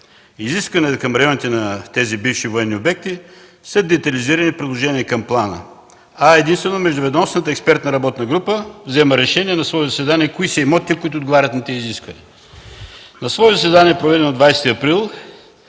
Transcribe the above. Изискванията към районите на тези бивши обекти са детайлизирани предложения към плана. Единствено Междуведомствената експертна група взема решение на свое заседание кои са имотите, отговарящи на тези изисквания. На свое заседание, проведено на 20 април,